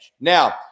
Now